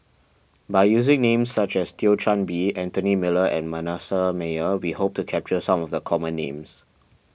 by using names such as Thio Chan Bee Anthony Miller and Manasseh Meyer we hope to capture some of the common names